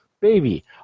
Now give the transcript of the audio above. baby